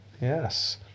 Yes